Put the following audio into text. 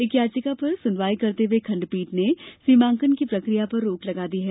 एक चाचिका पर सुनवाई करते हुए खंडपीठ ने सीमांकन की प्रकिया पर रोक लगा दी है